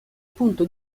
punto